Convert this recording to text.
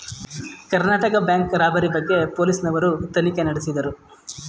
Karnataka bank robbery ಬಗ್ಗೆ police ನವರು ತನಿಖೆ ನಡೆಸಿದರು